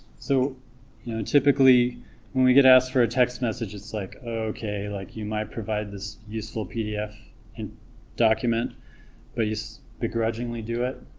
so you know typically when we get asked for a text message it's like okay like you might provide this useful pdf and document but you begrudging do it,